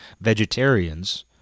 vegetarians